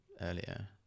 earlier